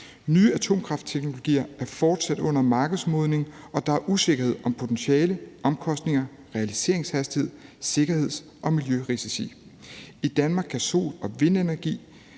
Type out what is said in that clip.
Nye atomkraftteknologier er fortsat under markedsmodning, og der er usikkerhed om potentiale, omkostninger, realiseringshastighed, sikkerheds- og miljørisici. I Danmark kan sol- og vindenergi